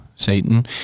Satan